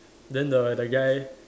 then the that guy